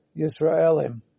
Yisraelim